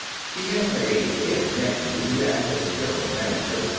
she has a kid nephew who acts as general manager,